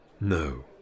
No